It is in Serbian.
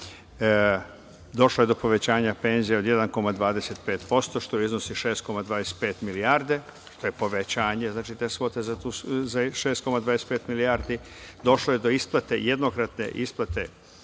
došlo je do povećanja penzija od 1,25%, što iznosi 6,25 milijarde. Znači, to je povećanje te svote za 6,5 milijardi. Došlo je do jednokratne isplate